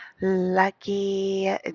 lucky